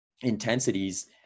intensities